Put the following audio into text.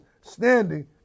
standing